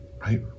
right